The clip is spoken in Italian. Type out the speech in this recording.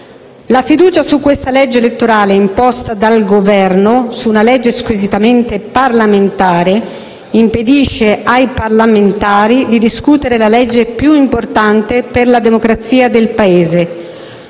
La fiducia su questa legge elettorale, imposta dal Governo su una legge squisitamente parlamentare, impedisce ai parlamentari di discutere la legge più importante per la democrazia del Paese.